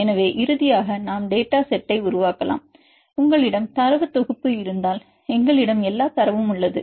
எனவே இறுதியாக நாம் டேட்டாசெட்ஐ உருவாக்கலாம் எனவே உங்களிடம் தரவு தொகுப்பு இருந்தால் எங்களிடம் எல்லா தரவும் உள்ளது